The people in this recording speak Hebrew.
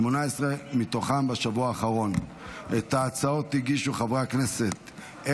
אושרה בקריאה ראשונה ותעבור לדיון בוועדת חוקה,